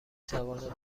توانم